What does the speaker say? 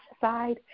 side